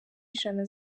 ijana